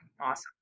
awesome